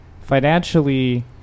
financially